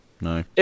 No